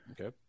Okay